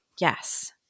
yes